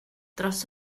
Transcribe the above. dros